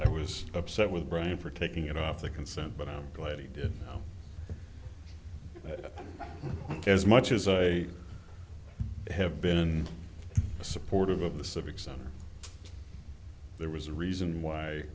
i was upset with brian for taking it off the consent but i'm glad he did it as much as i have been supportive of the civic center there was a reason why